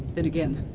then again,